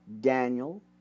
Daniel